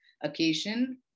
occasion